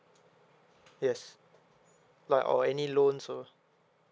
yes like or any loan so